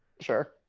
Sure